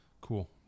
Cool